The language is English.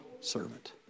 servant